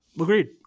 Agreed